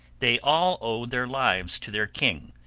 they all owe their lives to their king,